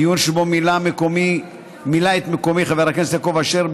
דיון שבו מילא את מקומי חבר הכנסת יעקב אשר,